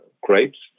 grapes